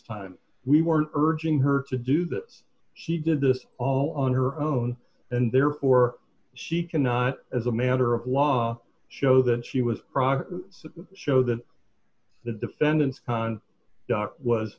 time we were urging her to do that she did this all on her own and therefore she cannot as a matter of law show that she was proper show that the defendant's con doc was